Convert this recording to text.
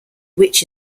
which